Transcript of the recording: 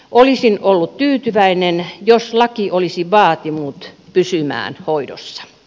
olisin ollut tyytyväinen jos laki olisi vaatinut pysymään hoidossa